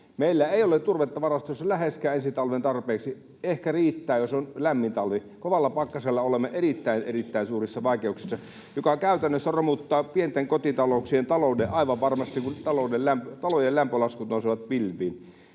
Meillä ei ole turvetta varastoissa läheskään ensi talven tarpeiksi — ehkä riittää, jos on lämmin talvi. Kovalla pakkasella olemme erittäin, erittäin suurissa vaikeuksissa, mikä käytännössä romuttaa pienten kotitalouksien talouden aivan varmasti, kun talojen lämpölaskut nousevat pilviin.